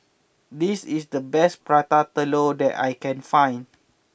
this is the best Prata Telur that I can find